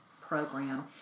program